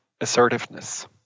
assertiveness